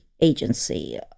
agency